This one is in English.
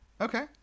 Okay